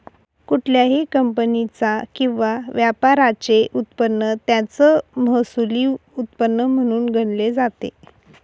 कुठल्याही कंपनीचा किंवा व्यापाराचे उत्पन्न त्याचं महसुली उत्पन्न म्हणून गणले जाते